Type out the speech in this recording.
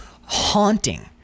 haunting